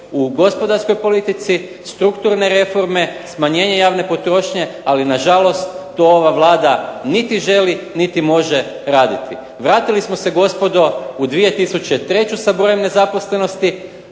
u gospodarskoj politici, strukturne reforme, smanjenje javne potrošnje, ali nažalost to ova Vlada niti želi niti može raditi. Vratili smo se gospodo u 2003. sa brojem nezaposlenosti,